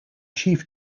chief